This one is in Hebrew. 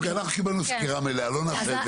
אוקיי, אנחנו כבר קיבלנו סקירה מלאה על זה.